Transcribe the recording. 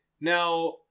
now